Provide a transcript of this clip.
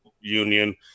union